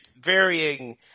varying